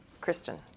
Kristen